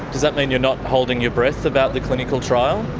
does that mean you're not holding your breath about the clinical trial?